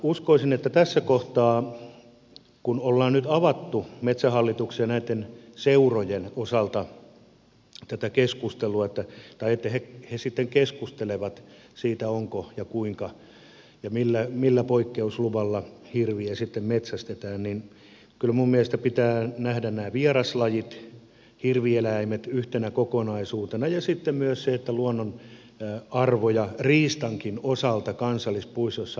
uskoisin tässä kohtaa kun ollaan nyt avattu metsähallituksen ja näitten seurojen osalta tätä keskustelua että he sitten keskustelevat siitä kuinka ja millä poikkeusluvalla hirviä sitten metsästetään ja kyllä minun mielestäni pitää nähdä nämä vieraslajit ja hirvieläimet yhtenä kokonaisuutena ja sitten myös se että luonnonarvoja riistankin osalta kansallispuistoissa arvioidaan